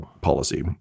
policy